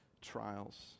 trials